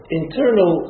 internal